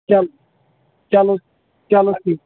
چل چَلو چَلو ٹھیٖک چھُ